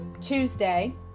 Tuesday